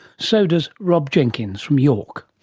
so does rob jenkins from york.